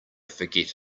forget